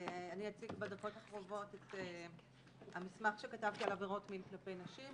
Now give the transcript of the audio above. אני אציג בדקות הקרובות את המסמך שכתבתי על עבירות מין כלפי נשים,